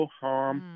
harm